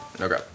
Okay